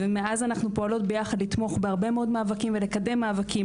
ומאז אנחנו פועלות ביחד לתמוך בהרבה מאוד מאבקים ולקדם מאבקים.